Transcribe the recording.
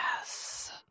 yes